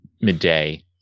midday